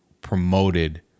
promoted